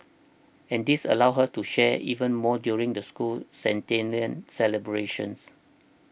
and this allows her to share even more during the school's centennial celebrations